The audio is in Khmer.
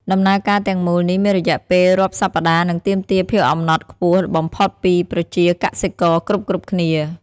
ដំណើរការទាំងមូលនេះមានរយៈពេលរាប់សប្តាហ៍និងទាមទារភាពអំណត់ខ្ពស់បំផុតពីប្រជាកសិករគ្រប់ៗគ្នា។